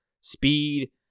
Speed